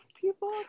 people